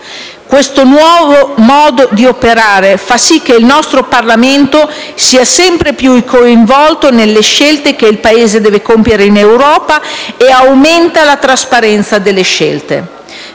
Questo nuovo modo di operare fa sì che il nostro Parlamento sia sempre più coinvolto nelle scelte che il Paese deve compiere in Europa e aumenta la trasparenza delle scelte.